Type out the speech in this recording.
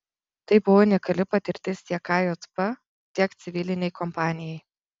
tai buvo unikali patirtis tiek kjp tiek civilinei kompanijai